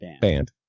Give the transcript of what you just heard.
Band